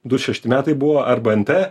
du šešti metai buvo arba nt